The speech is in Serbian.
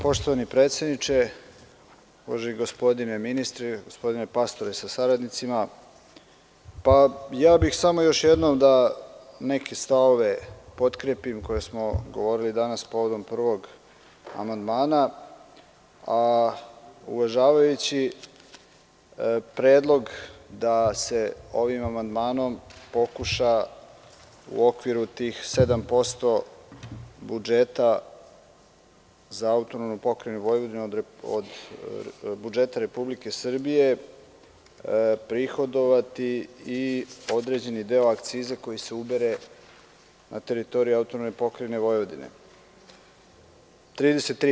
Poštovani predsedniče, uvaženi gospodine ministre, gospodine Pastore, sa saradnicima, samo još jednom bih da neke stavove potkrepim koje smo govorili danas povodom prvog amandmana, a uvažavajući predlog da se ovim amandmanom pokuša u okviru tih 7% budžeta za AP Vojvodinu od budžeta Republike Srbije prihodovati i određeni deo akciza koji se ubere na teritoriji AP Vojvodine – 33%